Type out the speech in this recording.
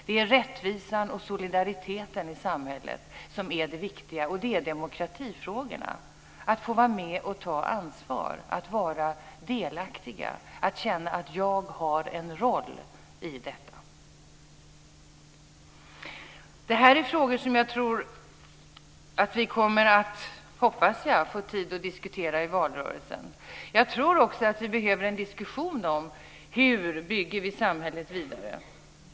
Det är rättvisan och solidariteten i samhället som är det viktiga, och det är demokratifrågorna - frågan om att få vara med och ta ansvar, vara delaktig och känna att man har en roll i detta. Detta är frågor som jag hoppas att vi kommer att få tid att diskutera i valrörelsen. Jag tror också att vi behöver en diskussion om hur vi bygger samhället vidare.